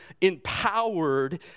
empowered